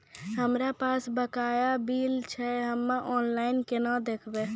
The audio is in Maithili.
हमरा पास बकाया बिल छै हम्मे ऑनलाइन केना देखबै?